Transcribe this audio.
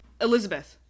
Elizabeth